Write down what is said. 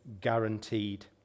guaranteed